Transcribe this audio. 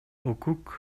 укук